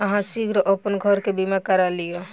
अहाँ शीघ्र अपन घर के बीमा करा लिअ